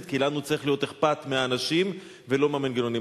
שלו: אנחנו באנו לטפל באנשים ולא לטפל במנגנונים.